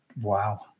Wow